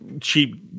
cheap